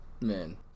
man